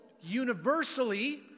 universally